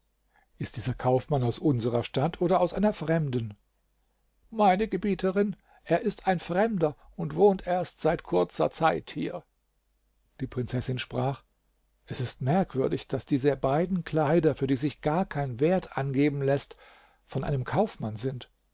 ist dieser kaufmann aus unsrer stadt oder aus einer fremden meine gebieterin er ist ein fremder und wohnt erst seit kurzer zeit hier die prinzessin sprach es ist merkwürdig daß diese beiden kleider für die sich gar kein wert angeben läßt von einem kaufmann sind